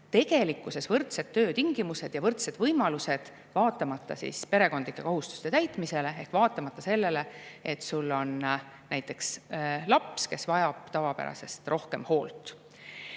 tegelikkuses võrdsed töötingimused ja võrdsed võimalused vaatamata perekondlike kohustuste täitmisele ehk vaatamata sellele, et sul on näiteks laps, kes vajab tavapärasest rohkem hoolt.